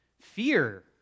fear